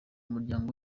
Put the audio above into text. muryango